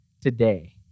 today